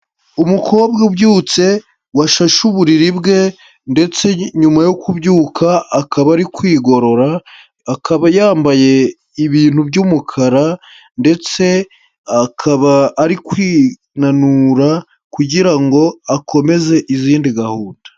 Umukobwa ubyutse, washashe uburiri bwe ndetse nyuma yo kubyuka akaba ari kwigorora, akaba yambaye ibintu by'umukara ndetse akaba ari kwinanura kugira ngo akomeze izindi gahunda.